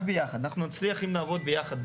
אנחנו נצליח רק אם נעבוד ביחד,